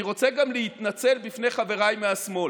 אני רוצה גם להתנצל בפני חבריי מהשמאל.